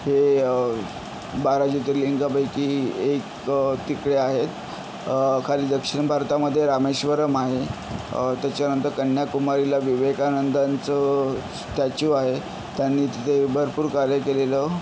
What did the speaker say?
हे बारा ज्योतिर्लिंगापैकी एक तिकडे आहेत खाली दक्षिण भारतामध्ये रामेश्वरम आहे त्याच्यानंतर कन्याकुमारीला विवेकानंदांचं स्टॅच्यू आहे त्यांनी तिथे भरपूर कार्य केलेलं